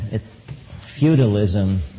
feudalism